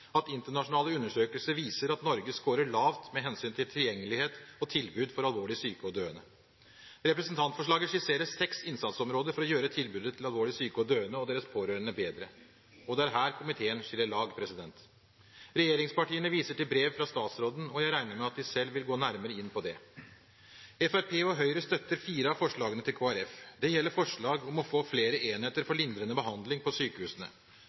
at internasjonale undersøkelser viser at Norge skårer lavt med hensyn til tilgjengelighet og tilbud til alvorlig syke og døende. Representantforslaget skisserer seks innsatsområder for å gjøre tilbudet til alvorlig syke og døende og deres pårørende bedre, og det er her komiteen skiller lag. Regjeringspartiene viser til brev fra statsråden, og jeg regner med at de selv vil gå nærmere inn på det. Fremskrittspartiet og Høyre støtter fire av forslagene fra Kristelig Folkeparti. Det gjelder forslaget om å få flere enheter for lindrende behandling i sykehusene.